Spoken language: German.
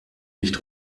nicht